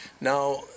Now